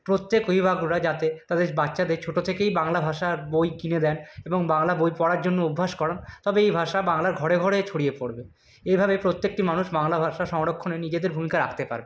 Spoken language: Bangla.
প্রত্যেক অভিভাবকরা যাতে তাদের বাচ্চাদের ছোটো থেকেই বাংলা ভাষার বই কিনে দেন এবং বাংলা বই পড়ার জন্য অভ্যাস করান তবে এই ভাষা বাংলার ঘরে ঘরে ছড়িয়ে পড়বে এভাবে প্রত্যেকটি মানুষ বাংলা ভাষা সংরক্ষণে নিজেদের ভূমিকা রাখতে পারবে